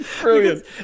Brilliant